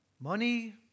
money